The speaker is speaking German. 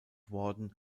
worden